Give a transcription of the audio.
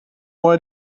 why